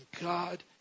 God